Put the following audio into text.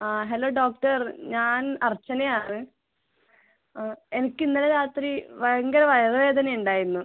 ആ hello doctor ഞാൻ അർച്ചനയാണ് ആ എനിക്ക് ഇന്നലെ രാത്രി ഭയങ്കര വയറുവേദന ഉണ്ടായിരുന്നു